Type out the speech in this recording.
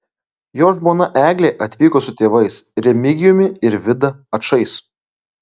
jo žmona eglė atvyko su tėvais remigijumi ir vida ačais